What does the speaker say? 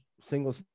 single